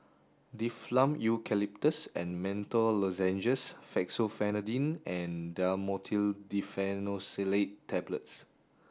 Difflam Eucalyptus and Menthol Lozenges Fexofenadine and Dhamotil Diphenoxylate Tablets